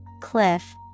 cliff